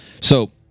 So-